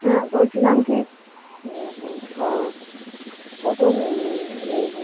হ্যাঁ বলছিলাম কী স প্রথম এই যে